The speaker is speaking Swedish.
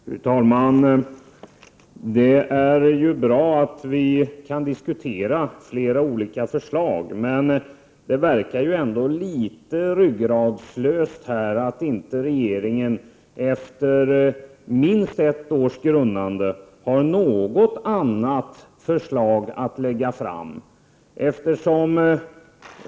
Fru talman! Det är ju bra att vi kan diskutera flera olika förslag, men det verkar ändå litet ryggradslöst att regeringen inte efter minst ett års grunnande har något annat förslag att lägga fram.